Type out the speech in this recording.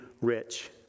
rich